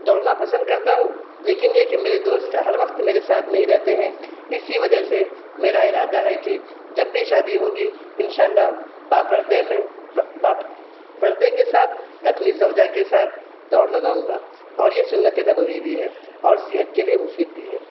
دورنا پسند کرتا ہوں لیکن یہ کہ میرے دوست ہر وقت میرے ساتھ نہیں رہتے ہیں اسی وجہ سے میرا ارادہ ہے کہ جب بھی شادی ہوگی ان شاء اللہ با پردے میں با پردے کے ساتھ اپنی زوجہ کے ساتھ دوڑ لگاؤں گا اور یہ سنت نبوی بھی ہے اور صحت کے لیے مفید بھی ہے